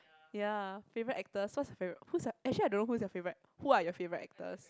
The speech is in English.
ya favourite actors what is your favourite who is your actually I don't know who is your favourite who are your favourite actors